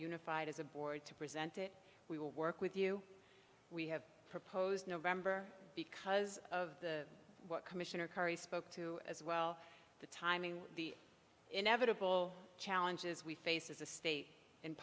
unified as a board to present it we will work with you we have proposed november because of the what commissioner curry spoke to as well the timing the inevitable challenges we face as a state in